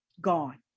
Gone